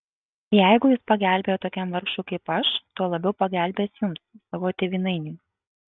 jeigu jis pagelbėjo tokiam vargšui kaip aš tuo labiau pagelbės jums savo tėvynainiui